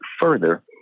further